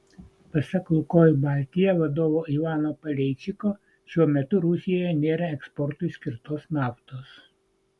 pasak lukoil baltija vadovo ivano paleičiko šiuo metu rusijoje nėra eksportui skirtos naftos